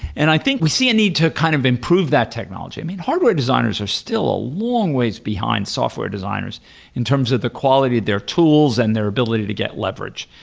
and i think, we see a need to kind of improve that technology. i mean, hardware designers are still a long ways behind software designers in terms of the quality of their tools and their ability to get leverage.